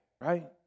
Right